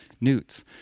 newts